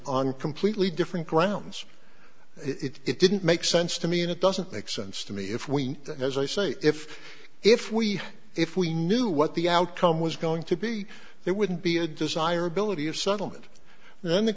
on completely different grounds it didn't make sense to me and it doesn't make sense to me if we as i say if if we if we knew what the outcome was going to be there wouldn't be a desirability of settlement and the